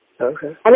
Okay